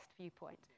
viewpoint